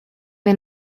wir